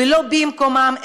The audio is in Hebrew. ולא במקומם,